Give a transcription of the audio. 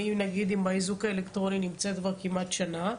אני עם האיזוק האלקטרוני נמצאת כבר כמעט שנה,